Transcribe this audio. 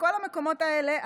בכל המקומות האלה.